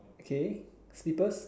okay slippers